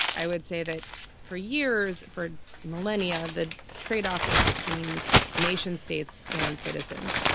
i would say that for years, for millennia, the tradeoff was between nation states and citizens.